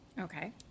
Okay